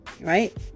right